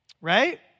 right